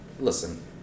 Listen